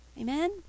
Amen